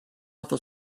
hafta